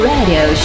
Radio